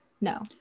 no